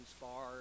far